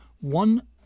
one